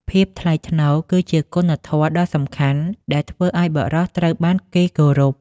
ភាពថ្លៃថ្នូរ គឺជាគុណធម៌ដ៏សំខាន់ដែលធ្វើឲ្យបុរសត្រូវបានគេគោរព។